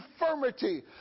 infirmity